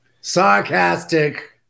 Sarcastic